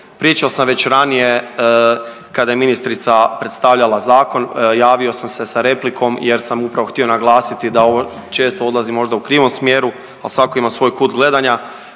Pričao sam već ranije kada je ministrica predstavljala zakon javio sam se sa replikom jer sam upravo htio naglasiti da ovo često odlazi možda u krivom smjeru, ali svatko ima svoj kut gledanja,